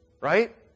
right